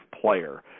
player